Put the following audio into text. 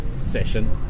session